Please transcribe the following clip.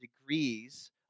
degrees